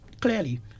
clearly